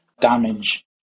damage